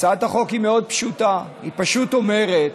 הצעת החוק היא מאוד פשוטה, היא פשוט אומרת